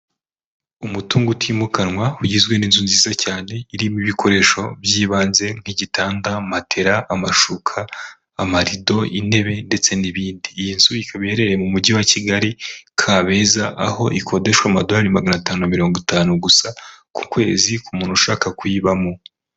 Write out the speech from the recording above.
Umutungo utimukanwa ugizwe n'inzu nziza cyane irimo ibikoresho by'ibanze nk'igitanda, matera, amashuka, amarido, intebe ndetse n'ibindi. Iyi nzu ikaba iherereye mu Mujyi wa Kigali, Kabeza, aho ikodeshwa amadolari magana atanu na mirongo itanu gusa ku kwezi, ku muntu ushaka kuyibamo.